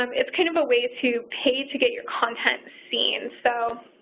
um it's kind of a way to pay to get your content seen. so,